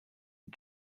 and